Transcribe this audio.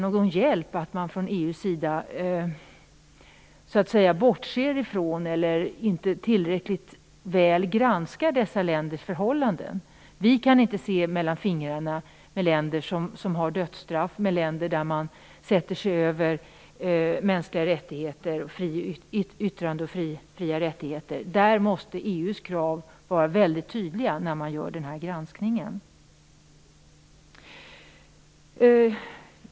Man får från EU:s sida inte underlåta att tillräckligt väl granska dessa länders förhållanden. Vi kan inte se mellan fingrarna med länder som har dödsstraff, med länder där man sätter sig över mänskliga fri och rättigheter, som t.ex. yttrandefriheten. EU:s krav måste vara väldigt tydliga vid den granskningen.